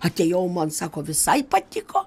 atėjau man sako visai patiko